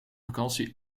vakantie